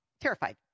terrified